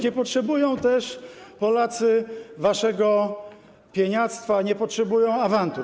Nie potrzebują też Polacy waszego pieniactwa, nie potrzebują awantur.